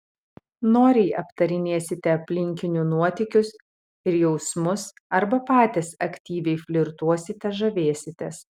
noriai aptarinėsite aplinkinių nuotykius ir jausmus arba patys aktyviai flirtuosite žavėsitės